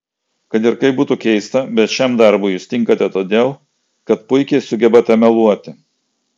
kad ir kaip būtų keista bet šiam darbui jūs tinkate todėl kad puikiai sugebate meluoti